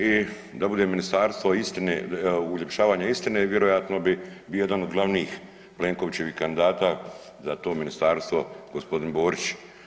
I da bude ministarstvo istine, uljepšavanja istine vjerojatno bi bio jedan od glavnih Plenkovićevih kandidata za to ministarstvo g. Borić.